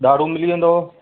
ॾाढ़ूं मिली वेंदव